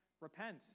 repent